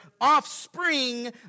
offspring